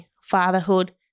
fatherhood